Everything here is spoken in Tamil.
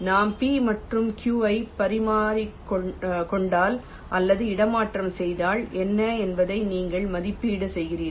நாம் p மற்றும் q ஐ பரிமாறிக்கொண்டால் அல்லது இடமாற்றம் செய்தால் என்ன என்பதை நீங்கள் மதிப்பீடு செய்கிறீர்கள்